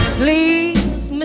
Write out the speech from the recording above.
please